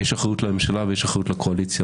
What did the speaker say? יש אחריות לממשלה ויש אחריות לקואליציה,